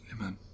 Amen